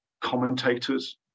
commentators